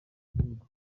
gihugu